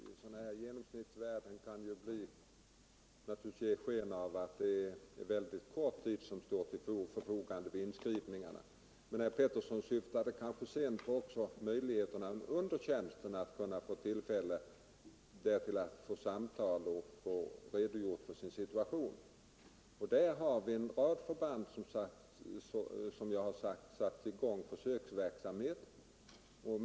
Fru talman! Ett sådant genomsnittstal kan naturligtvis ge sken av att den tid som står till förfogande vid inskrivningarna är mycket kort. Men herr Petersson i Röstånga avsåg väl också möjligheterna för värnpliktiga att under tjänsten få tillfälle till samtal om sin situation. I detta avseende har vi, som jag sagt, vid en rad förband satt i gång en försöksverksamhet.